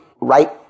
right